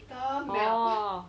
orh